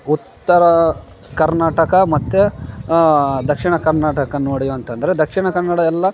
ಉತ್ತರ ಕರ್ನಾಟಕ ಮತ್ತು ದಕ್ಷಿಣ ಕರ್ನಾಟಕ ನೋಡಿವಂತೆ ಅಂದ್ರೆ ದಕ್ಷಿಣ ಕನ್ನಡ ಎಲ್ಲ